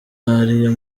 ariyo